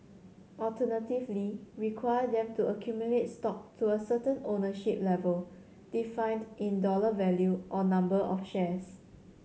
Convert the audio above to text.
alternatively require them to accumulate stock to a certain ownership level defined in dollar value or number of shares